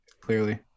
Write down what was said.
clearly